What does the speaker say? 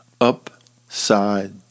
upside